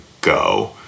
Go